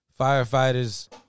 Firefighters